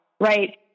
Right